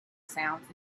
sounds